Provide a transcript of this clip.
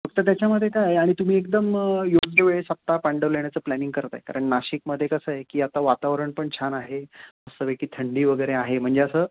फक्त त्याच्यामध्ये काय आहे आणि तुम्ही एकदम योग्य वेळेस आत्ता पांडव लेण्याचं प्लॅनिंग करतं आहे कारण नाशिकमध्ये कसं आहे की आता वातावरण पण छान आहे मस्तपैकी थंडी वगैरे आहे म्हणजे असं